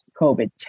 COVID